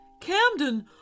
Camden